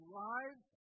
lives